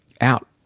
out